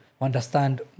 understand